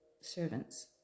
servants